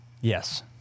Yes